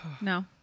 No